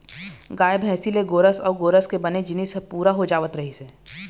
गाय, भइसी ले गोरस अउ गोरस के बने जिनिस ह पूरा हो जावत रहिस हे